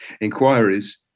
inquiries